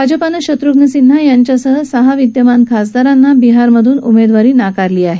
भाजपानं शुत्रघ्न सिन्हा यांच्यासह सहा विद्यमान खासदारांना बिहारमधून उमेदवारी नाकारली आहे